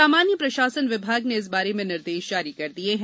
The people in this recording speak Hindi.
सामान्य प्रशासन विभाग ने इस बारे में निर्देश जारी कर दिये हैं